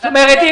זאת אומרת,